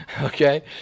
Okay